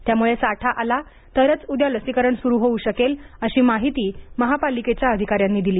त्यामुळे साठा आला तरच उद्या लसीकरण सुरु होऊ शकेल अशी माहिती महापालिकेच्या अधिकाऱ्यांनी दिली